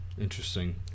Interesting